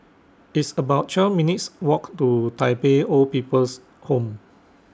It's about twelve minutes' Walk to Tai Pei Old People's Home